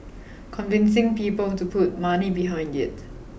convincing people to put money behind it